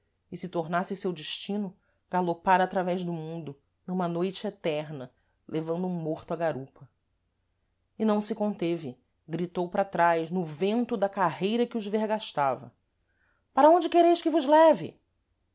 e se tornasse seu destino galopar através do mundo numa noite eterna levando um morto à garupa e não se conteve gritou para trás no vento da carreira que os vergastava para onde quereis que vos leve